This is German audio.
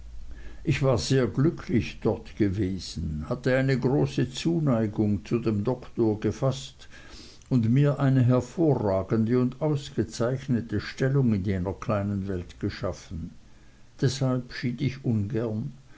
ich war sehr glücklich dort gewesen hatte eine große zuneigung zu dem doktor gefaßt und mir eine hervorragende und ausgezeichnete stellung in jener kleinen welt geschaffen deshalb schied ich ungern